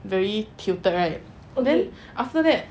very tilted right then after that